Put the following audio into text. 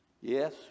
Yes